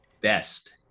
best